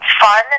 fun